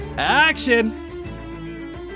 Action